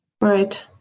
Right